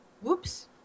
whoops